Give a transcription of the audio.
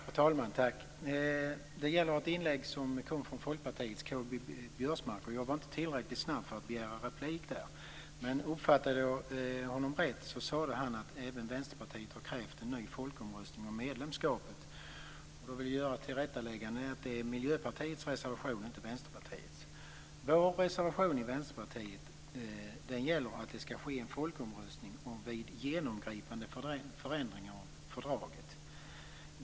Fru talman! Mitt anförande gäller ett inlägg som kom från Folkpartiets K-G Biörsmark. Jag var inte tillräckligt snabb med att begära replik där. Om jag uppfattade honom rätt sade han att även Vänsterpartiet har krävt en ny folkomröstning om medlemskapet. Då vill jag göra ett tillrättaläggande. Det gäller Miljöpartiets reservation, inte Vänsterpartiets. Vänsterpartiet har en reservation om att det skall ske en folkomröstning vid genomgripande förändringar av fördraget.